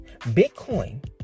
Bitcoin